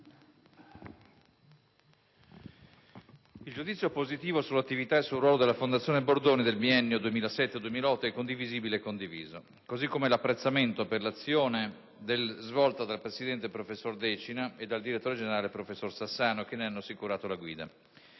Il giudizio positivo sull'attività e sul ruolo della Fondazione Bordoni nel biennio 2007-2008 è condivisibile e condiviso, così come l'apprezzamento per l'azione svolta dal presidente, professor Decina, e dal direttore generale, professor Sassano, che ne hanno assicurato la guida.